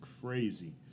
crazy